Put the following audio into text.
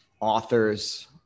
authors